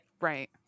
Right